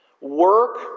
work